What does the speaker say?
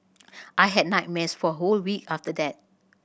I had nightmares for a whole week after that